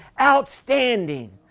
outstanding